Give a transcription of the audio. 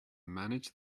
manage